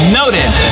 noted